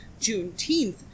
Juneteenth